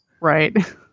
Right